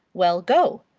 well, go!